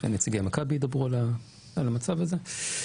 שנציגי מכבי ידברו על המצב הזה.